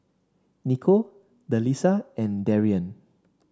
Niko Delisa and Darrien